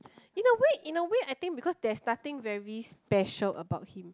in a way in a way I think because there's nothing very special about him